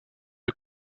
est